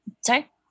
sorry